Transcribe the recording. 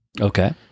Okay